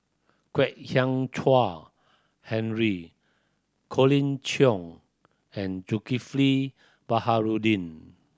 Kwek Hian Chuan Henry Colin Cheong and Zulkifli Baharudin